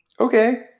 Okay